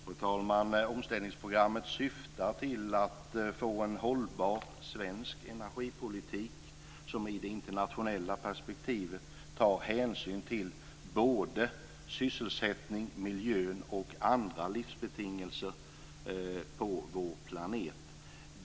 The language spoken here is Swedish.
Fru talman! Omställningsprogrammet syftar till en hållbar svensk energipolitik som i det internationella perspektivet tar hänsyn till såväl sysselsättning som miljö och andra livsbetingelser på vår planet.